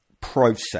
process